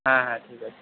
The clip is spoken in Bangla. হ্যাঁ হ্যাঁ ঠিক আছে